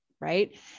right